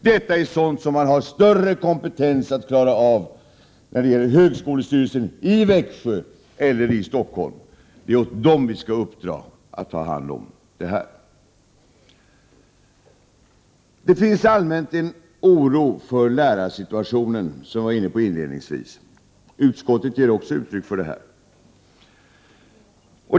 Detta har högskolestyrelsen i Växjö eller i Stockholm större kompetens att klara av. Det är åt dem vi skall uppdra att ta hand om lokaliseringen. Det finns allmänt en oro för lärarsituationen, som jag var inne på inledningsvis. Utskottet ger också uttryck för detta.